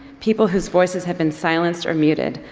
people whose voices have been silenced or muted,